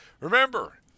Remember